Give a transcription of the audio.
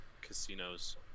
casinos